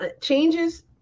changes